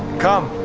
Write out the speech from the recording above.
come.